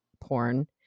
porn